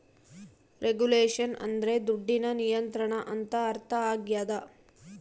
regulation ಅಂದ್ರೆ ದುಡ್ಡಿನ ನಿಯಂತ್ರಣ ಅಂತ ಅರ್ಥ ಆಗ್ಯದ